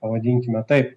pavadinkime taip